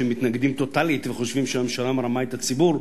שמתנגדים טוטלית וחושבים שהממשלה מרמה את הציבור.